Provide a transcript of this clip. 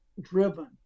driven